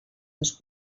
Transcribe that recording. dos